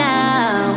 now